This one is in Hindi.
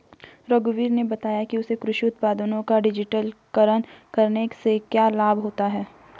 रघुवीर ने बताया कि उसे कृषि उत्पादों का डिजिटलीकरण करने से क्या लाभ होता है